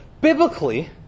biblically